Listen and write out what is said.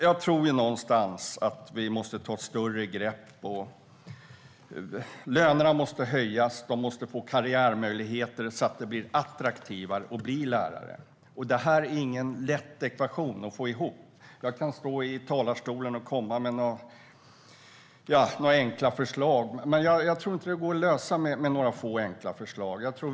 Jag tror någonstans att vi måste ta ett större grepp. Lönerna måste höjas. Lärarna måste få karriärmöjligheter så att det blir attraktivare att bli lärare. Det är inte någon lätt ekvation att få ihop. Jag kan stå i talarstolen och komma med några enkla förslag. Men jag tror inte att det går att lösa med några få enkla förslag.